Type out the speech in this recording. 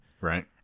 Right